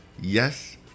Yes